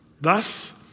Thus